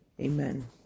amen